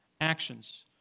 actions